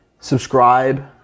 subscribe